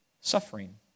suffering